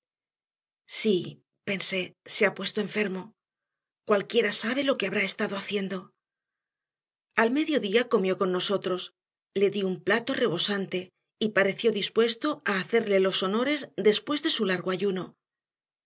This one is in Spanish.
sí pensé se ha puesto enfermo cualquiera sabe lo que habrá estado haciendo al mediodía comió con nosotros le di un plato rebosante y pareció dispuesto a hacerle los honores después de su largo ayuno